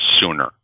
sooner